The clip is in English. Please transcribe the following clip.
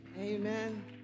Amen